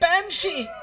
banshee